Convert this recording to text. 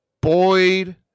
Boyd